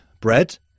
bread